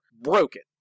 broken